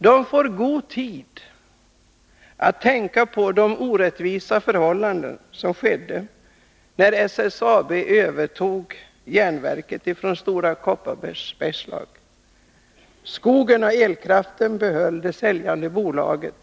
De får god tid att tänka på de orättvisor som skedde när SSAB övertog järnverket från Stora Kopparberg. Skogen och elkraften behöll det säljande bolaget.